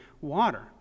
water